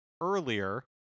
earlier